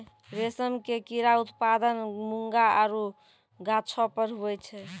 रेशम के कीड़ा उत्पादन मूंगा आरु गाछौ पर हुवै छै